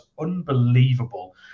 unbelievable